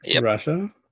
Russia